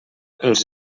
els